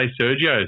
Sergio's